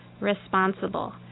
responsible